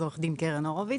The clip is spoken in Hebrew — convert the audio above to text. אז עו"ד קרן הורוביץ.